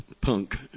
punk